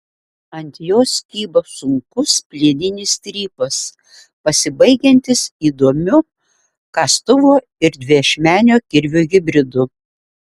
ant jos kybo sunkus plieninis strypas pasibaigiantis įdomiu kastuvo ir dviašmenio kirvio hibridu